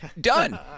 done